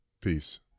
Peace